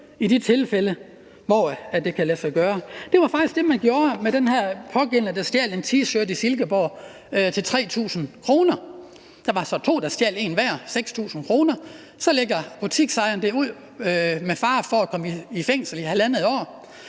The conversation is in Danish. i de tilfælde, hvor det kan lade sig gøre. Det var faktisk det, som man gjorde med den pågældende, der stjal en T-shirt til 3.000 kr. i Silkeborg – der var så to, der stjal en hver, dvs. 6.000 kr. Her går butiksejeren med fare for at komme i fængsel i 1½ år